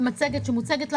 מצגת שמוצגת לנו.